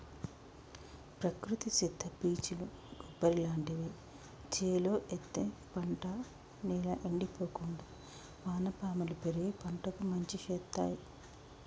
ప్రకృతి సిద్ద పీచులు కొబ్బరి లాంటివి చేలో ఎత్తే పంట నేల ఎండిపోకుండా వానపాములు పెరిగి పంటకు మంచి శేత్తాయ్